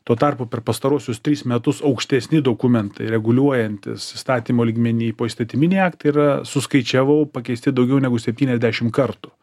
tuo tarpu per pastaruosius tris metus aukštesni dokumentai reguliuojantys įstatymo lygmenį poįstatyminiai aktai yra suskaičiavau pakeisti daugiau negu septyniasdešim kartų